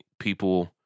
people